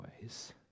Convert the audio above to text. ways